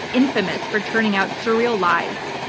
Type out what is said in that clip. infamous for churning out surreal lies,